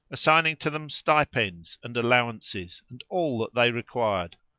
assigning to them stipends and allowances and all that they required,